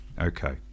okay